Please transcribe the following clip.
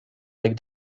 lick